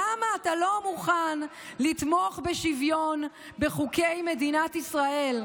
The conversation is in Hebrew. למה אתה לא מוכן לתמוך בשוויון בחוקי מדינת ישראל?